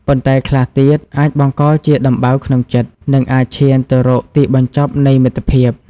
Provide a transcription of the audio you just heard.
ប៉ុន្តែខ្លះទៀត អាចបង្កជាដំបៅក្នុងចិត្ត និងអាចឈានទៅរកទីបញ្ចប់នៃមិត្តភាព។